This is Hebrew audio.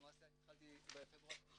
אני התחלתי בפברואר 2017